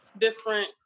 different